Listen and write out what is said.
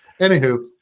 anywho